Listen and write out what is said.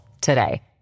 today